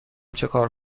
چکار